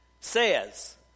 says